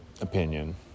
opinion